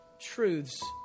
truths